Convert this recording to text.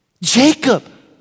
Jacob